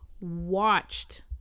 watched